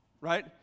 Right